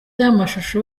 y’amashusho